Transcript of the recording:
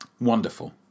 wonderful